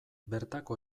bertako